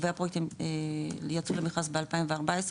והפרויקטים יצאו למכרז ב-2014,